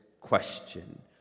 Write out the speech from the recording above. question